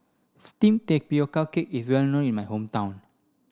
steamed tapioca cake is well known in my hometown